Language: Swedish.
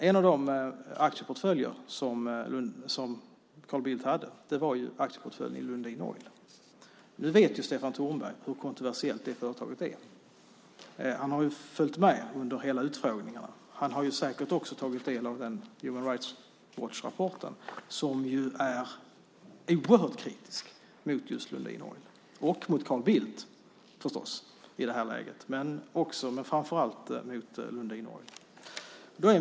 En av de aktieportföljer som Carl Bildt hade var den i Lundin Oil. Stefan Tornberg vet ju hur kontroversiellt det företaget är. Han har följt med under utfrågningarna, och han har säkert tagit del av Human Rights Watch-rapporten som ju är oerhört kritisk mot just Lundin Oil och mot Carl Bildt i detta läge, men framför allt mot Lundin Oil.